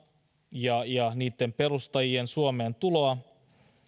ja ja niitten perustajien suomeen tuloa